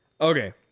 Okay